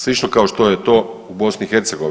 Slično kao što je to u BiH.